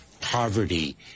poverty